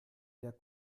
der